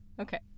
Okay